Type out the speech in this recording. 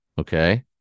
Okay